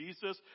Jesus